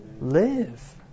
live